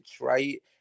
right